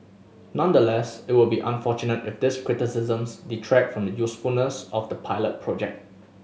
nonetheless it will be unfortunate if these criticisms detract from the usefulness of the pilot project